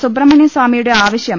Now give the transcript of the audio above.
സുബ്രഹ്മണ്യൻ സ്വാമിയുടെ ആവശ്യം